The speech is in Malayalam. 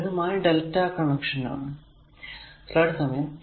അത് ലളിതമായി lrmΔ കണക്ഷൻ ആണ്